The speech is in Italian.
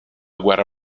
guerra